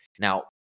Now